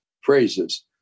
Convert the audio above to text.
phrases